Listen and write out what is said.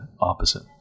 opposite